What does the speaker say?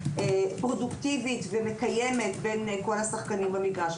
פרודוקטיבית ומקיימת בין כל השחקנים במגרש.